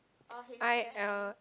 I uh